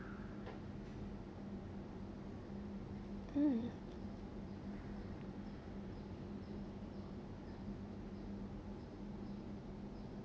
mm